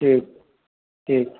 ठीक ठीक